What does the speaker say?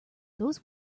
those